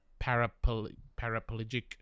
paraplegic